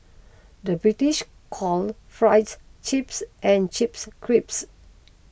the British call Fries Chips and Chips Crisps